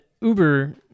Uber